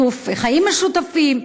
חיים משותפים,